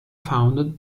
founded